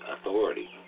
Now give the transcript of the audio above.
authority